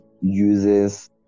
uses